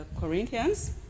corinthians